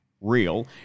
real